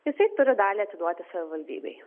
jisai turi dalį atiduoti savivaldybei